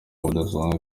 budasanzwe